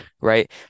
right